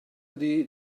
ydy